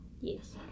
Yes